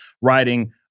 writing